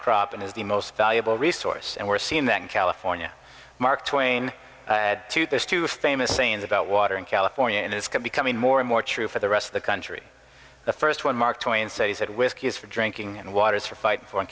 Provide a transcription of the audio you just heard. crop and is the most valuable resource and we're seeing that in california mark twain add to this two famous scenes about water in california and is can becoming more and more true for the rest of the country the first one mark twain said he said whiskey is for drinking and water is for fighting for in